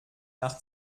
nach